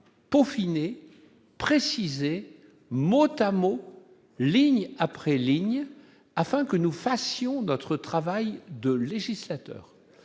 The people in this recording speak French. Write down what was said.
peaufiner préciser notamment ligne après ligne, afin que nous fassions notre travail de législateur